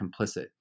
complicit